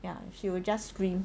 ya she will just scream